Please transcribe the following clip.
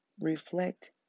reflect